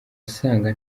asanga